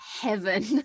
heaven